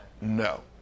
No